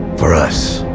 for us,